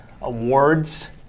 awards